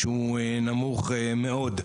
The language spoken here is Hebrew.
שהוא נמוך מאוד,